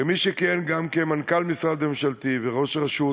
כמי שכיהן גם כמנכ"ל משרד ממשלתי וכראש רשות,